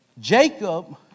Jacob